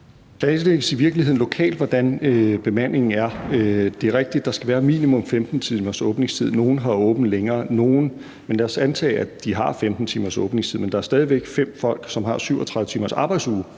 planlægges i virkeligheden lokalt, hvordan bemandingen er. Det er rigtigt, at der skal være minimum 15 timers åbningstid; nogle har åbent længere. Men lad os antage, at de har 15 timers åbningstid, men der er stadig væk fem personer, som har 37 timers arbejdsuge,